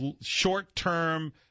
short-term